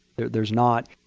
there's not,